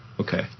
Okay